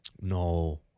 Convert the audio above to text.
No